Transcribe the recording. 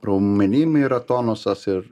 raumenim yra tonusas ir